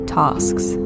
tasks